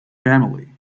family